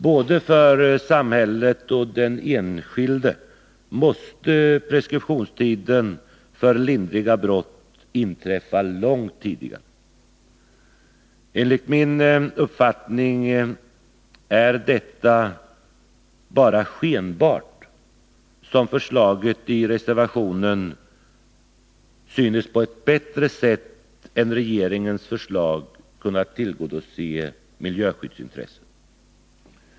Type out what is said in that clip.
Både för samhället och för den enskilde måste åtalspreskription för lindriga brott inträffa långt tidigare. Enligt min uppfattning är det bara skenbart som förslaget i reservationen synes på ett bättre sätt än regeringens förslag kunna tillgodose miljöskyddsintresset.